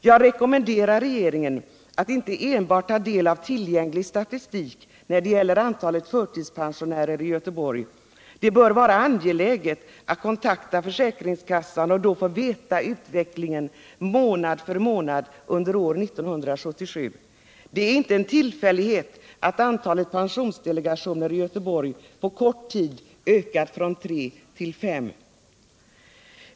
Jag rekommenderar regeringen att inte enbart ta del av tillgänglig statistik när det gäller antalet förtidspensionärer i Göteborg. Det bör vara angeläget att kontakta försäkringskassan i Göteborg och då få veta utvecklingen månad för månad under år 1977. Det är inte en tillfällighet att antalet pensionsdelegationer i Göteborg på kort tid ökat från tre till fem.